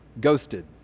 ghosted